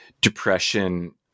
depression